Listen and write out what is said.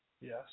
Yes